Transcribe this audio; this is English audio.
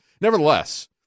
Nevertheless